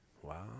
Wow